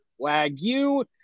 Wagyu